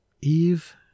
Eve